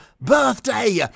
birthday